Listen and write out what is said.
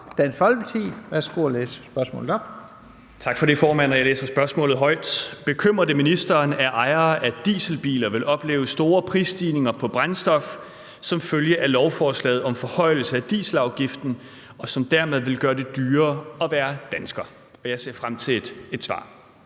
Lahn Jensen): Værsgo at læse spørgsmålet op. Kl. 14:40 Peter Kofod (DF): Tak for det. Jeg læser spørgsmålet højt: Bekymrer det ministeren, at ejere af dieselbiler vil opleve store prisstigninger på brændstof som følge af lovforslaget om forhøjelse af dieselafgiften, og som dermed vil gøre det dyrere at være dansker? Jeg ser frem til et svar.